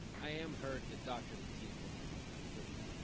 i am hurt the dr. lateef wasn't on that list.